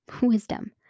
wisdom